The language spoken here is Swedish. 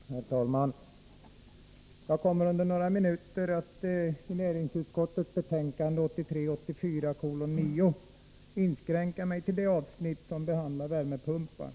Stöd för oljeersätt Herr talman! Jag kommer under några minuter att inskränka mig till att ning och investebehandla det avsnitt i näringsutskottets betänkande 1983/84:9 som behandlar —,;, gar inom energivärmepumpar.